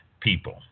people